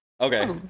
okay